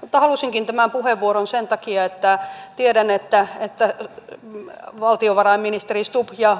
mutta halusinkin tämän puheenvuoron sen takia että tiedän että valtiovarainministeri stubb ja